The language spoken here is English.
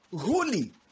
holy